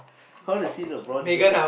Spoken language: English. I want to see the brown jack